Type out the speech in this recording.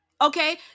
Okay